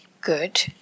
good